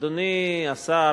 אדוני השר,